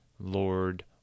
lord